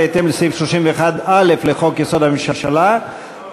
בהתאם לסעיף 31(א) לחוק-יסוד: הממשלה,